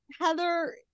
heather